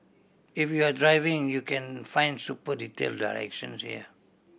if you're driving you can find super detail directions here